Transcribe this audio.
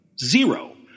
zero